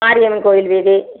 மாரியம்மன் கோவில் வீதி